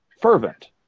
fervent